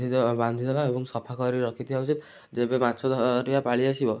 ବାନ୍ଧି ଦେବା ଏବଂ ସଫା କରି ରଖିଥିବା ଯେବେ ମାଛ ଧରିବା ପାଳି ଆସିବ